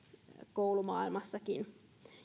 koulumaailmassakin